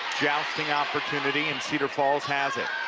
jousting opportunity and cedar falls has it